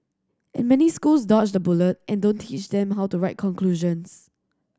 and many schools dodge the bullet and don't teach them how to write conclusions